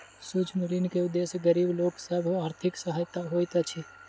सूक्ष्म ऋण के उदेश्य गरीब लोक सभक आर्थिक सहायता होइत अछि